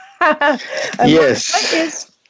Yes